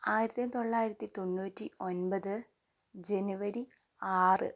ആയിരത്തി തൊള്ളായിരത്തി തൊണ്ണൂറ്റി ഒൻപത് ജനുവരി ആറ്